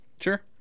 sure